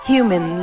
Human